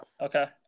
Okay